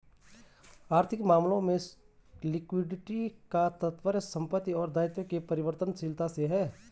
आर्थिक मामलों में लिक्विडिटी का तात्पर्य संपत्ति और दायित्व के परिवर्तनशीलता से है